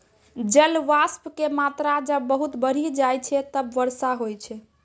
जलवाष्प के मात्रा जब बहुत बढ़ी जाय छै तब वर्षा होय छै